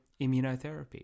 immunotherapy